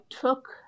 took